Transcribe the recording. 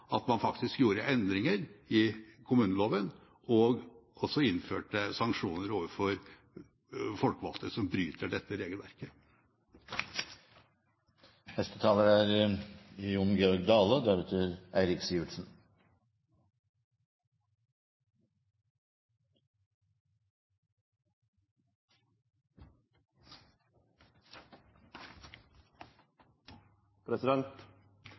at man faktisk gjorde endringer i kommuneloven og også innførte sanksjoner overfor folkevalgte som bryter dette